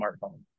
smartphone